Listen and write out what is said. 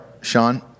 Sean